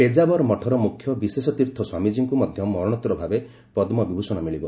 ପେକାବର ମଠର ମୁଖ୍ୟ ବିଶେଷତୀର୍ଥ ସ୍ୱାମୀଜୀଙ୍କୁ ମଧ୍ୟ ମରଣୋତ୍ତର ଭାବେ ପଦ୍ମବିଭୂଷଣ ମିଳିବ